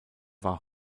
war